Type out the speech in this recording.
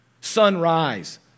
Sunrise